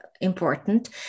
important